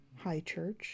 Highchurch